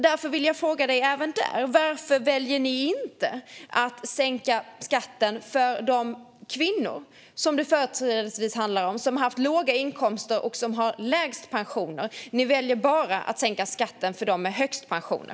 Därför vill jag fråga: Varför väljer ni inte att sänka skatten för de kvinnor som det företrädesvis handlar om som har haft låga inkomster och som har lägst pensioner? Ni väljer att bara sänka skatten för dem med högst pensioner.